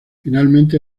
finalmente